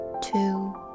two